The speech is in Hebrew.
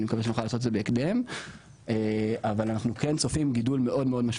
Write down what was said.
אני מקווה שנוכל לעשות את זה בהקדם,